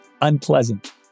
unpleasant